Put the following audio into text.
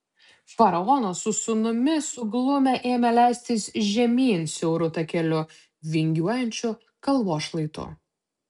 faraonas su sūnumi suglumę ėmė leistis žemyn siauru takeliu vingiuojančiu kalvos šlaitu